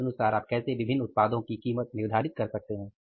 और तदनुसार आप कैसे विभिन्न उत्पादों की कीमत निर्धारित कर सकते हैं